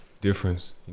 difference